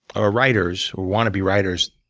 are writers, or want to be writers,